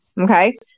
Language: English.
Okay